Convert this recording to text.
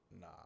Nah